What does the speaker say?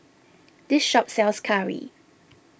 this shop sells Curry